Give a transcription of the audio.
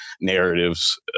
narratives